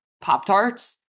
Pop-Tarts